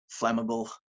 flammable